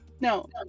no